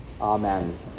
Amen